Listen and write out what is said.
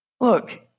Look